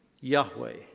Yahweh